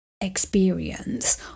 experience